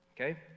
Okay